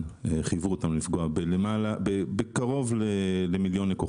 חייבו אותנו לפגוע בקרוב למיליון לקוחות.